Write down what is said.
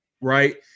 right